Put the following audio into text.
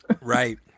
Right